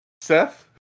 Seth